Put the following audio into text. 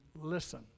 listen